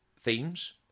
themes